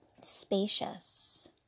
spacious